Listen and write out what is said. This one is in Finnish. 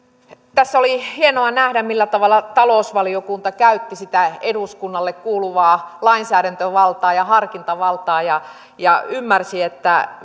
tässä oli hienoa nähdä millä tavalla talousvaliokunta käytti sitä eduskunnalle kuuluvaa lainsäädäntövaltaa ja harkintavaltaa ja ja ymmärsi että